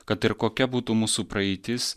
kad ir kokia būtų mūsų praeitis